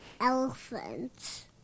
elephants